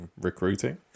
recruiting